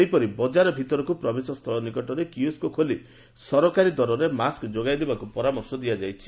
ସେହିପରି ବଜାର ଭିତରକୁ ପ୍ରବେଶ ସ୍ଥଳ ନିକଟରେ କିଓସ୍କୋ ଖୋଲି ସରକାରୀ ଦରରେ ମାସ୍କ୍ ଯୋଗାଇ ଦେବାକୁ ପରାମର୍ଶ ଦିଆଯାଇଛି